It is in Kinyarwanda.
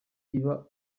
iba